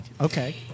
Okay